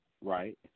right